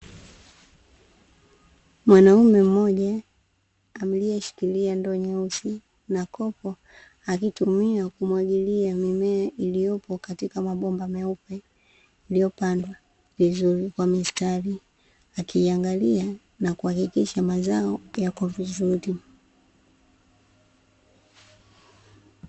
Mwanaume mmoja aliyeshikilia ndoo nyeusi na kopo; akitumia kumwagilia mimea iliyopo katika mabomba meupe yaliopanda vizuri kwa mistari, akiangalia na kuhakikisha mazao yako vizuri.